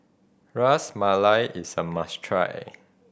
Ras Malai is a must try